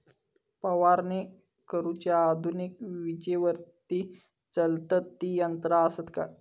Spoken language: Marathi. फवारणी करुची आधुनिक विजेवरती चलतत ती यंत्रा आसत काय?